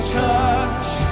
touch